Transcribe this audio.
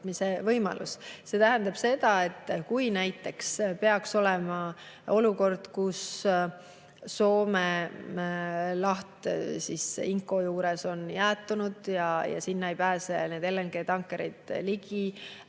See tähendab seda, et kui näiteks peaks tekkima olukord, kus Soome laht Inkoo juures on jäätunud ja sinna ei pääse LNG-tankerid ligi,